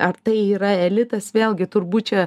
ar tai yra elitas vėlgi turbūt čia